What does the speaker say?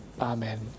Amen